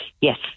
yes